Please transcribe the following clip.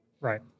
Right